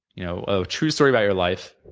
you know a true story about your life,